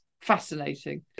fascinating